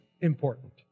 important